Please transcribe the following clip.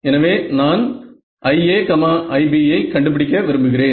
எனவே நான் IA IB யை கண்டுபிடிக்க விரும்புகிறேன்